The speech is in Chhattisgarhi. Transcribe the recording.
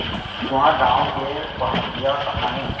तुंहर गॉँव के पहाटिया कहॉं हे?